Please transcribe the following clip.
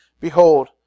Behold